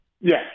Yes